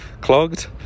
clogged